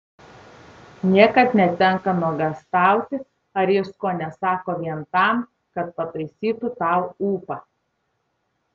niekad netenka nuogąstauti ar jis ko nesako vien tam kad pataisytų tau ūpą